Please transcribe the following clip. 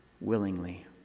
willingly